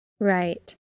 Right